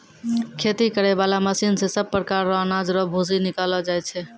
खेती करै बाला मशीन से सभ प्रकार रो अनाज रो भूसी निकालो जाय छै